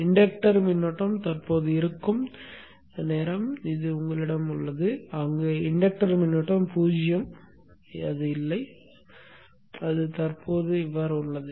inductor மின்னோட்டம் தற்போது இருக்கும் காலகட்டம் உங்களிடம் உள்ளது அங்கு இன்டக்டர் மின்னோட்டம் 0 இல்லை அது தற்போது உள்ளது